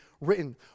written